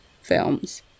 films